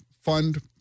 fund